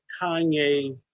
Kanye